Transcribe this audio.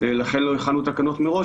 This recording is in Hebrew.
לכן לא הכנו תקנות מראש.